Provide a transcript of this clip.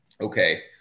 Okay